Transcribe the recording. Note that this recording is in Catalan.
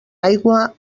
aigua